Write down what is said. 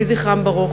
יהי זכרם ברוך.